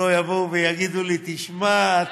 שלא יבואו ויגידו לי: תשמע,